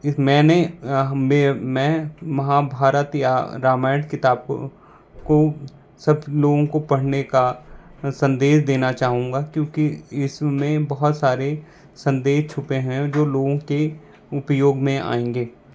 मैंने हाँ में मैं महाभारत या रामायण किताब को सब लोगों को पढ़ने का संदेश देना चाहूँगा क्योंकि इसमें बहुत सारे संदेश छुपे हैं जो लोगों के उपयोग में आएंगे